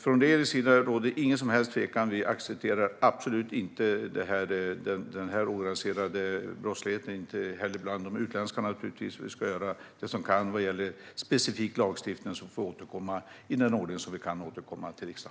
Från regeringens sida råder alltså ingen som helst tvekan: Vi accepterar absolut inte denna organiserade brottslighet, naturligtvis inte heller den utländska. Vi ska göra det som kan göras när det gäller specifik lagstiftning, och så får jag återkomma till riksdagen i den ordning som är möjlig.